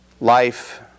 life